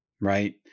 right